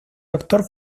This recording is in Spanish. doctor